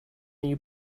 you